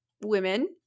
women